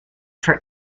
for